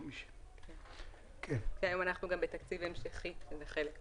פי 550. היום אנחנו גם בתקציב המשכי וזה חלק מהעניין.